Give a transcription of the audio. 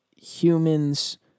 human's